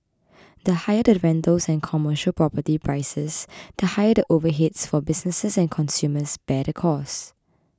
the higher the rentals and commercial property prices the higher the overheads for businesses and consumers bear the costs